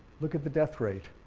look at the death rate,